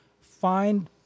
find